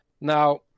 Now